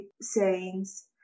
sayings